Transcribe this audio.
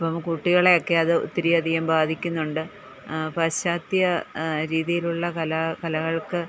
ഇപ്പം കുട്ടികളെ ഒക്കെ അത് ഒത്തിരിയധികം ബാധിക്കുന്നുണ്ട് പാശ്ചാത്യ രീതിയിലുള്ള കലാ കലകൾക്ക്